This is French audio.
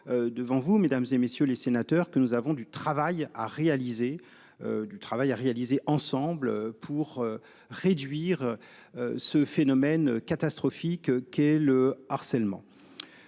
Devant vous mesdames et messieurs les sénateurs, que nous avons du travail à réaliser. Du travail à réaliser. Pour réduire. Ce phénomène catastrophique qu'est le harcèlement.